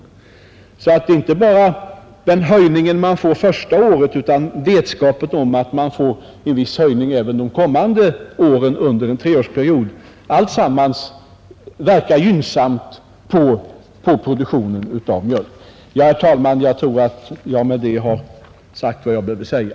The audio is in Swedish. Man skall alltså inte bara känna till den höjning man får första året utan också ha vetskap om att man får en viss höjning även de kommande åren under en treårsperiod. Allt detta verkar gynnsamt på produktionen av mjölk. Herr talman! Jag tror att jag med detta har sagt vad jag behöver säga.